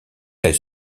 elle